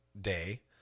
day